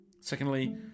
Secondly